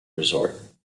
resort